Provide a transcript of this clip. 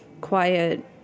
quiet